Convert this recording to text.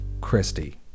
Christy